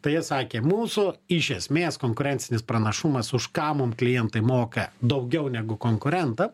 tai jie sakė mūsų iš esmės konkurencinis pranašumas už ką mum klientai moka daugiau negu konkurentą